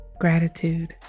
Gratitude